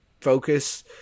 focus